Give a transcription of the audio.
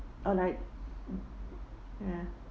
oh like ya